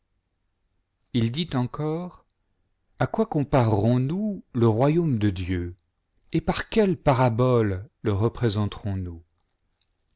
il dit encore a quoi comparerons nous le royaume de dieu et par quelle parabole le représenterons nous